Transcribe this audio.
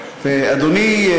אדוני,